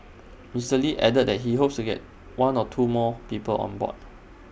Mister lee added that he hopes to get one or two more people on board